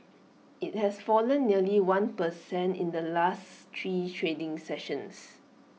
IT has fallen nearly one per cent in the last three trading sessions